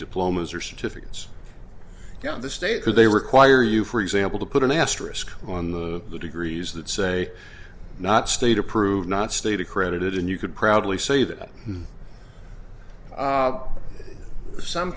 diplomas or certificates got the state because they require you for example to put an asterisk on the degrees that say not state approved not state accredited and you could proudly say that some